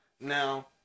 Now